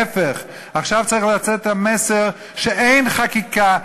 להפך, עכשיו צריך לצאת המסר שאין חקיקה מקפחת.